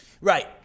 right